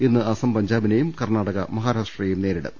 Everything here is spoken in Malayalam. ഇന്ന് അസം പഞ്ചാബിനെയും കർണാടക മഹാരാഷ്ട്രയെയും നേരിടും